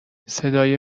صدای